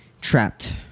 trapped